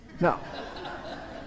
no